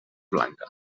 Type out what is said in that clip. blanques